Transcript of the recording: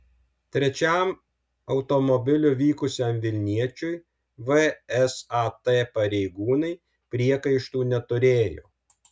trečiam automobiliu vykusiam vilniečiui vsat pareigūnai priekaištų neturėjo